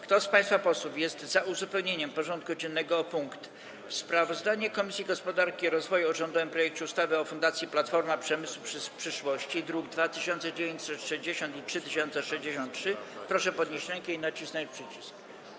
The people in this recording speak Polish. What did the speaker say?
Kto z państwa posłów jest za uzupełnieniem porządku dziennego o punkt: Sprawozdanie Komisji Gospodarki i Rozwoju o rządowym projekcie ustawy o Fundacji Platforma Przemysłu Przyszłości, druki nr 2960 i 3063, proszę podnieść rękę i nacisnąć przycisk.